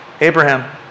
abraham